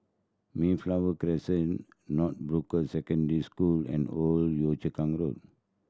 Mayflower Crescent Northbrooks Secondary School and Old Yio Chu Kang Road